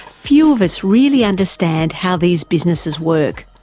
few of us really understand how these businesses work.